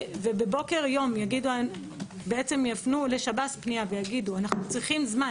ובבוקר יום יפנו לשב"ס פנייה ויגידו: אנחנו צריכים זמן,